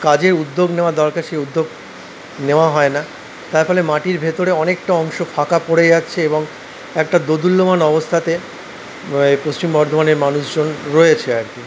কাজের উদ্যোগ নেওয়া দরকার সেই উদ্যোগ নেওয়া হয় না তার ফলে মাটির ভেতরে অনেকটা অংশ ফাঁকা পড়ে যাচ্ছে এবং একটা দোদুল্যমান অবস্থাতে পশ্চিম বর্ধমানের মানুষজন রয়েছে আর কি